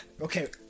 Okay